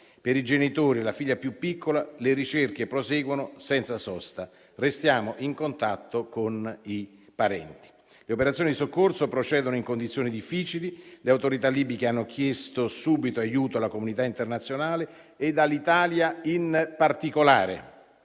Per i genitori e la figlia più piccola le ricerche proseguono senza sosta. Restiamo in contatto con i parenti. Le operazioni di soccorso procedono in condizioni difficili, le autorità libiche hanno chiesto subito aiuto alla comunità internazionale e all'Italia in particolare.